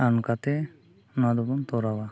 ᱟᱨ ᱱᱚᱝᱠᱟᱛᱮ ᱱᱚᱣᱟ ᱫᱚᱵᱚᱱ ᱛᱚᱨᱟᱣᱟ